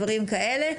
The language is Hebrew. דברים כאלה,